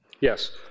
Yes